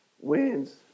wins